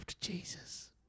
Jesus